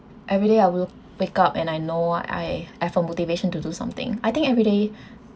every day I will wake up and I know what I I've motivation to do something I think every day